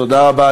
תודה רבה.